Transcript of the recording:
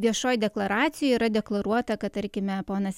viešoj deklaracijoj yra deklaruota kad tarkime ponas